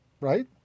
Right